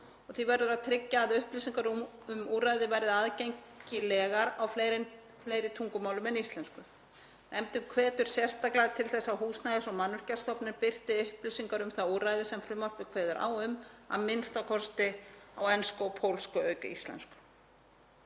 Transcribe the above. og því verður að tryggja að upplýsingar um úrræðið verði aðgengilegar á fleiri tungumálum en íslensku. Nefndin hvetur sérstaklega til þess að Húsnæðis- og mannvirkjastofnun birti upplýsingar um það úrræði sem frumvarpið kveður á um a.m.k. á ensku og pólsku auk íslensku.